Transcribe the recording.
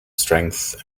strength